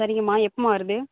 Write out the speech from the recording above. சரிங்கம்மா எப்போம்மா வருது